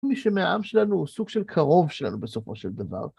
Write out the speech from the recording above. מי שמהעם שלנו הוא סוג של קרוב שלנו בסופו של דבר.